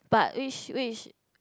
but which which